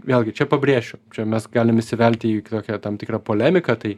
vėlgi čia pabrėšiu čia mes galim įsivelti į tokią tam tikrą polemiką tai